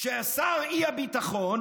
ששר האי-ביטחון